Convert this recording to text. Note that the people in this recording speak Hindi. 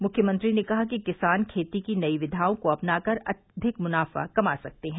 मुख्यमंत्री ने कहा कि किसान खेती की नयी विघाओं को अपना कर अधिक मनाफा कमा सकते हैं